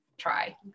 Try